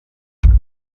bamwe